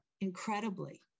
incredibly